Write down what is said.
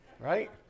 Right